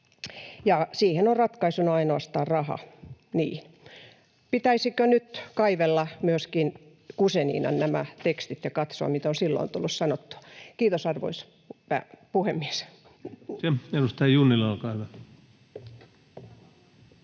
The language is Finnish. ”ja siihen on ratkaisuna ainoastaan raha.” Niin, pitäisikö nyt kaivella myöskin Guzeninan nämä tekstit ja katsoa, mitä on silloin tullut sanottua? — Kiitos, arvoisa puhemies. [Speech 55] Speaker: